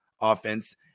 offense